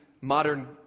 modern